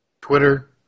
Twitter